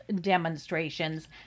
demonstrations